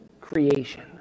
creation